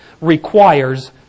requires